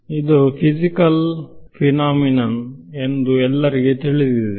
ಆದ್ದರಿಂದ ಇದು physical phenomenon ಎಂದು ಎಲ್ಲರಿಗೂ ತಿಳಿದಿದೆ